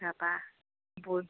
তাপা ব